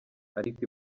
ariko